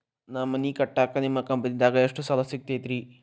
ನಾ ಮನಿ ಕಟ್ಟಾಕ ನಿಮ್ಮ ಕಂಪನಿದಾಗ ಎಷ್ಟ ಸಾಲ ಸಿಗತೈತ್ರಿ?